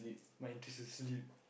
my interest is sleep